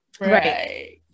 Right